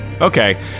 okay